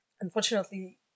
unfortunately